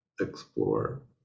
explore